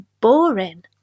boring